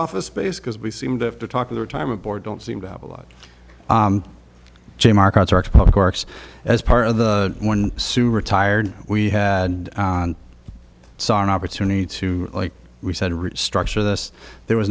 office space because we seem to have to talk of the time aboard don't seem to have a lot to markets are public works as part of the one super tired we had saw an opportunity to like we said restructure this there was